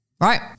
right